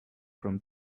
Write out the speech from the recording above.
from